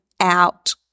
out